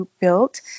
built